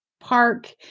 park